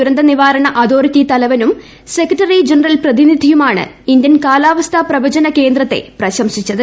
ദുരന്ത നിവാരണ അതോറിറ്റി തുലിവനും സെക്രട്ടറി ജനറൽ പ്രതിനിധിയുമാണ് ഇന്ത്യൻ കാലാവസ്ഥ പ്രവചന കേന്ദ്രത്തെ പ്രശംസിച്ചത്